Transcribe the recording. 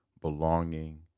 belonging